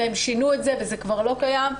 והם שינו את זה וזה כבר לא קיים.